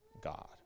God